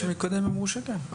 אני חושב שמקודם אמרו שכן.